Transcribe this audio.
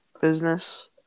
business